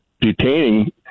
detaining